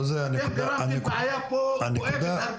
אתם גרמתם פה לבעיה מאוד כואבת.